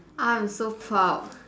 I am so proud